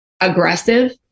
Aggressive